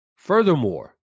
Furthermore